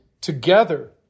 together